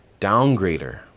downgrader